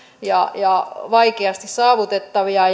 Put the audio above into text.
ja ja vaikeasti saavutettavia